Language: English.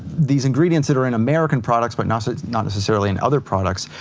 these ingredients that are in american products, but not so not necessarily in other products.